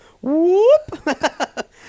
whoop